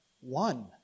one